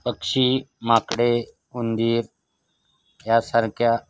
पक्षी माकडे उंदीर यासारख्या